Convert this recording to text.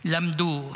למדו,